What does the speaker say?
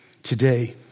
Today